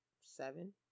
seven